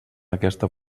aquesta